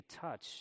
touch